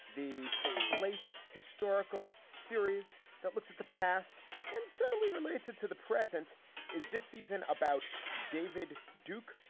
the slate historical series that looks at the past and certainly related to the present is this season about david duke,